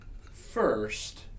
First